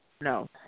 No